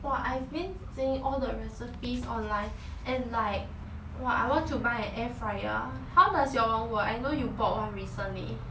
!wah! I've been seeing all the recipes online and like !wah! I want to buy an air fryer how does your what I know you bought one recently